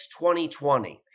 2020